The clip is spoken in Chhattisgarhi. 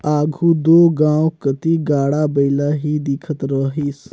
आघु दो गाँव कती गाड़ा बइला ही दिखत रहिस